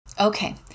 Okay